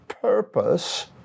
purpose